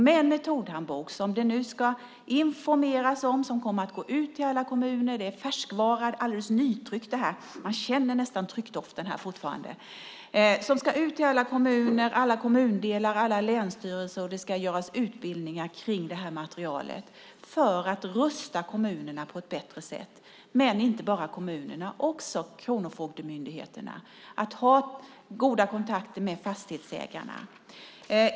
Denna metodhandbok ska det nu informeras om, och den kommer att gå ut till alla kommuner. Den är verkligen färsk, alldeles nytryckt. Man känner nästan fortfarande tryckdoften från det exemplar jag har här. Handboken ska ut till alla kommuner, alla kommundelar och alla länsstyrelser, och det ska göras utbildningar kring det här materialet för att rusta kommunerna på ett bättre sätt. Men det här gäller inte bara kommunerna utan också kronofogdemyndigheterna. Det är viktigt att ha goda kontakter med fastighetsägarna.